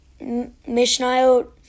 Mishnayot